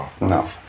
No